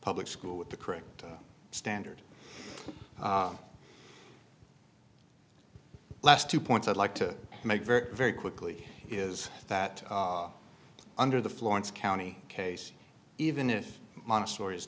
public school with the correct standard last two points i'd like to make very very quickly is that under the florence county case even if montessori is